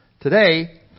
Today